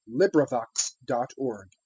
LibriVox.org